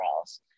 else